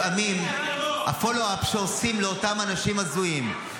לפעמים ה- follow upשעושים לאותם אנשים הזויים,